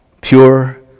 pure